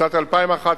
בשנת 2011,